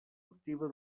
activa